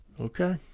Okay